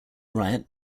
riot